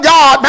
God